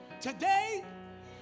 Today